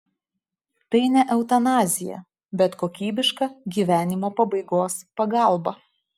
tai ne eutanazija bet kokybiška gyvenimo pabaigos pagalba